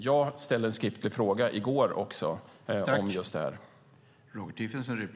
Jag ställde också en skriftlig fråga om just det här i går.